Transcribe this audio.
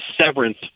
severance